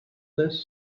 this